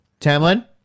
Tamlin